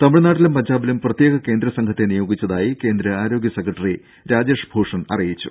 തമിഴ്നാട്ടിലും പഞ്ചാബിലും പ്രത്യേക കേന്ദ്ര സംഘത്തെ നിയോഗിച്ചതായി കേന്ദ്ര ആരോഗ്യ സെക്രട്ടറി രാജേഷ് ഭൂഷൺ അറിയിച്ചു